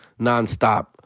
nonstop